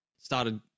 started